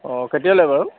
অঁ কেতিয়ালৈ বাৰু